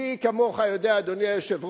מי כמוך יודע, אדוני היושב-ראש,